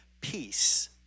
peace